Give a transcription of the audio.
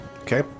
Okay